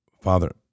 Father